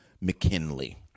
McKinley